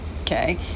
okay